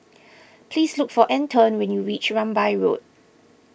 please look for Antone when you reach Rambai Road